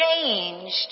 changed